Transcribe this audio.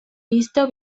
visto